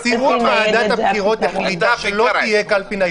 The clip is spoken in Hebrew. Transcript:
שאנשים מאומתים --- נשיאות ועדת הבחירות החליטה שלא תהיה קלפי ניידת